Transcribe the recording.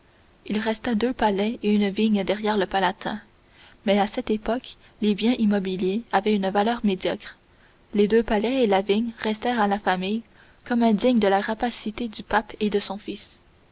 il resta deux palais et une vigne derrière le palatin mais à cette époque les biens immobiliers avaient une valeur médiocre les deux palais et la vigne restèrent à la famille comme indignes de la rapacité du pape et de son fils